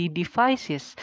devices